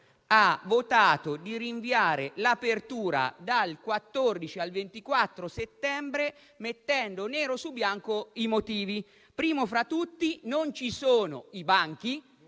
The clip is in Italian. di rinviare l'apertura dal 14 al 24 settembre, mettendo nero su bianco i motivi. In primo luogo, non ci sono i banchi